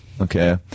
Okay